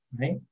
right